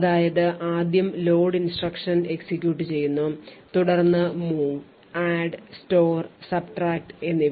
അതായത് ആദ്യം load instruction execute ചെയ്യുന്നു തുടർന്ന് move add store subtract എന്നിവ